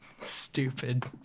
Stupid